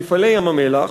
"מפעלי ים-המלח",